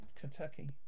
Kentucky